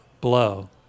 blow